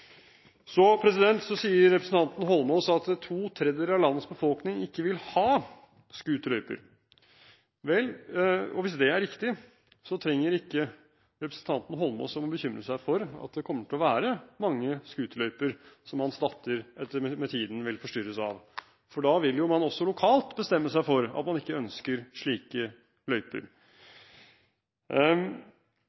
Så sier representanten Eidsvoll Holmås at to tredjedeler av landets befolkning ikke vil ha scooterløyper. Hvis det er riktig, trenger ikke representanten Eidsvoll Holmås å bekymre seg for at det kommer til å være mange scooterløyper som hans datter med tiden vil forstyrres av, for da vil man jo lokalt bestemme seg for at man ikke ønsker slike løyper.